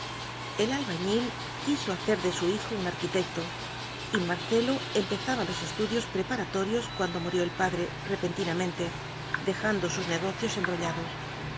el albañil quiso hacer de su hijo un arquitecto y marcelo empezaba los estudios preparatorios cuando murió el padre repentinamente dejando sus negocios embrollados